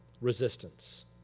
resistance